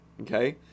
okay